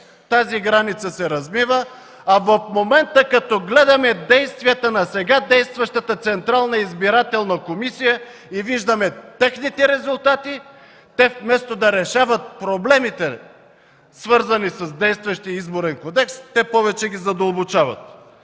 тази граница се размива. В момента като гледаме действията на сега действащата Централна избирателна комисия и виждаме техните резултати – вместо да решават проблемите, свързани с действащия Изборен кодекс, те повече ги задълбочават.